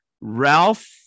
Ralph